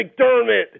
McDermott